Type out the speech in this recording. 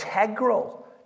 integral